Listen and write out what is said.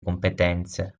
competenze